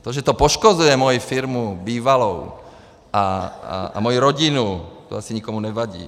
To, že to poškozuje moji firmu, bývalou, a moji rodinu, to asi nikomu nevadí.